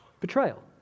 Betrayal